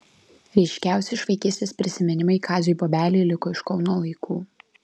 ryškiausi iš vaikystės prisiminimai kaziui bobeliui liko iš kauno laikų